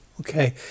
okay